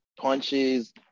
punches